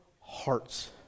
hearts